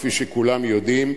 כפי שכולם יודעים,